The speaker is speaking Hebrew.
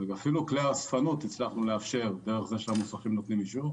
אפילו כלי האספנות הצלחנו לאפשר דרך זה שהמוסכים נותנים אישור,